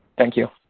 thank you.